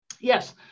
Yes